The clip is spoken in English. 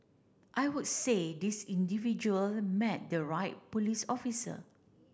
I would say this individual met the right police officer